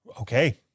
Okay